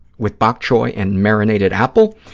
with bok choy and marinated apple,